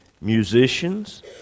musicians